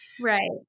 Right